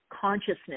consciousness